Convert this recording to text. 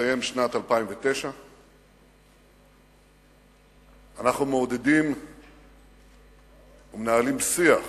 תסתיים שנת 2009. אנחנו מעודדים ומנהלים שיח